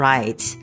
Right